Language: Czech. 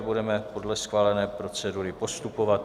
Budeme podle schválené procedury postupovat.